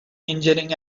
injuring